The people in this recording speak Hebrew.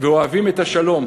ואוהבים את השלום,